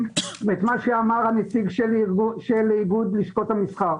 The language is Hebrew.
ומה שאמר נציג איגוד לשכות המסחר.